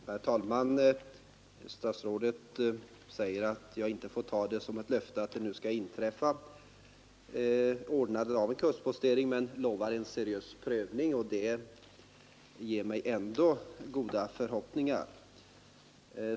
Herr talman! Statsrådet säger att jag inte får ta det sagda som ett löfte att det skall ordnas en kustpostering, men han lovar en seriös prövning. Det ger mig ändå goda förhoppningar.